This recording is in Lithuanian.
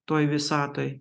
toj visatoj